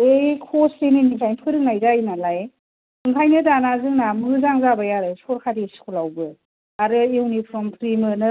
बे ख' स्रेनिनिफ्रायनो फोरोंनाय जायो नालाय बेनिखायनो दानिया जोंना मोजां जाबाय आरो सरखारि स्कुल आवबो आरो इउनिफर्म फ्रि मोनो